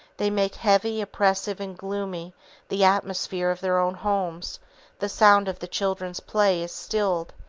they make heavy, oppressive and gloomy the atmosphere of their own homes the sound of the children's play is stilled,